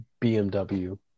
BMW